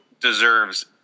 deserves